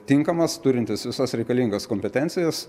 tinkamas turintis visas reikalingas kompetencijas